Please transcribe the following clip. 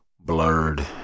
blurred